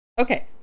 Okay